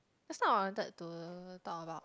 just now I wanted to talk about